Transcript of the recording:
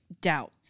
doubt